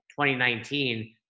2019